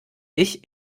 ich